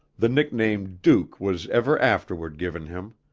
the nickname, duke, was ever afterward given him.